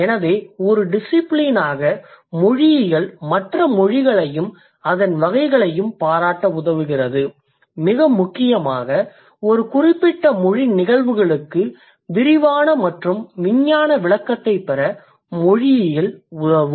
எனவே ஒரு டிசிபிலினாக மொழியியல் மற்ற மொழிகளையும் அதன் வகைகளையும் பாராட்ட உதவுகிறது மிக முக்கியமாக ஒரு குறிப்பிட்ட மொழி நிகழ்வுகளுக்கு விரிவான மற்றும் விஞ்ஞான விளக்கத்தைப் பெற மொழியியல் உதவும்